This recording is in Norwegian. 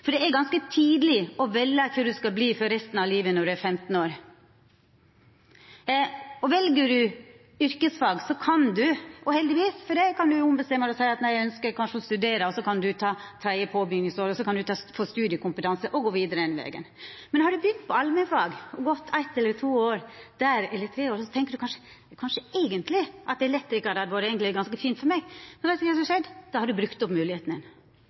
for det er ganske tidleg å velja kva ein skal verta for resten av livet når ein er 15 år. Vel ein yrkesfag, kan ein heldigvis ombestemma seg og seia at ein ønskjer å studera, så kan ein ta det tredje påbyggingsåret og få studiekompetanse og gå vidare den vegen, men har ein begynt på allmennfag og gått eitt, to eller tre år der, og tenkjer at det å bli elektrikar eigentleg hadde vore ganske fint for meg,